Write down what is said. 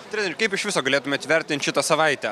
treneri kaip iš viso galėtumėt įvertint šitą savaitę